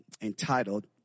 entitled